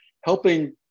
helping